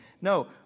No